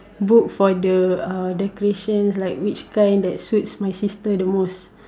book for the uh decorations like which kind that suits my sister the most